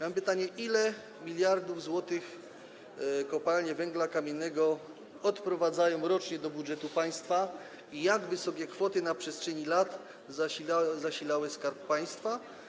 Mam pytanie: Ile miliardów złotych kopalnie węgla kamiennego odprowadzają rocznie do budżetu państwa i jakie kwoty na przestrzeni lat zasilały Skarb Państwa?